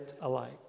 alike